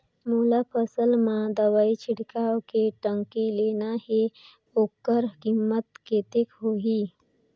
मोला फसल मां दवाई छिड़काव के टंकी लेना हे ओकर कीमत कतेक होही?